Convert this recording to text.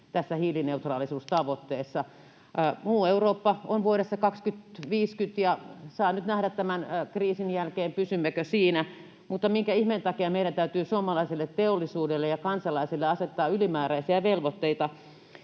tässä hiilineutraalisuustavoitteessa. Muu Eurooppa on vuodessa 2050, ja saa nyt nähdä tämän kriisin jälkeen, pysymmekö siinä, mutta minkä ihmeen takia meidän täytyy suomalaiselle teollisuudelle ja kansalaisille asettaa ylimääräisiä velvoitteita?